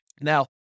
Now